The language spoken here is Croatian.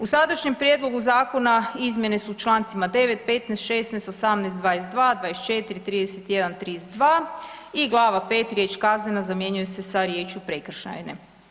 U sadašnjem prijedlogu zakona izmjene su u člancima 9., 15., 16., 18., 22., 24., 31., 32. i glava V riječ kaznena zamjenjuje se sa riječju prekršajne.